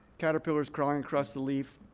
caterpillar is crawling across the leaf.